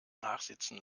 nachsitzen